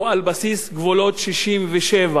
הוא על בסיס גבולות 67',